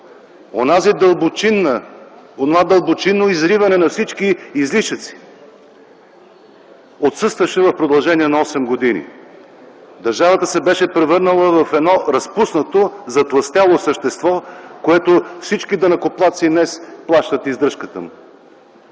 онова дълбочинно изриване на всички излишъци отсъстваше в продължение на осем години. Държавата се беше превърнала в едно разпуснато, затлъстяло същество, на което всички данъкоплатци днес плащат издръжката му.